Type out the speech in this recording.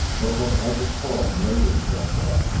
broke over heads of coral emerging here and there.